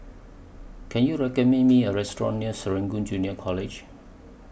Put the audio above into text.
Can YOU recommend Me A Restaurant near Serangoon Junior College